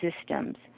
systems